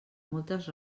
moltes